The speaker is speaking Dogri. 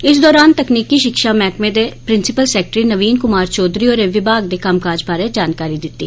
इस दौरान तकनीकी शिक्षा मैह्कमे दे प्रिंसीपल सैक्टरी नवीन कुमार चौधरी होरें विभाग दे कम्मकाज बारै जानकारी दित्ती